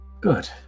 Good